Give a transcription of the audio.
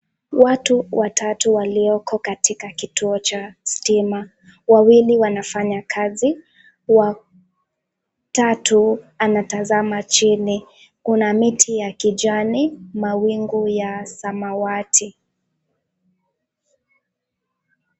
Watu watatu walioko katika kituo cha stima. Wawili wanafanya kazi. Waa, tatu anatazama chini. Kuna miti ya kijani, mawingu ya samawati.